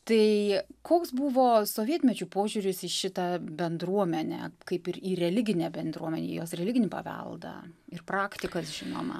tai koks buvo sovietmečiu požiūris į šitą bendruomenę kaip ir į religinę bendruomenę jos religinį paveldą ir praktikas žinoma